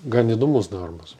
gan įdomus darbas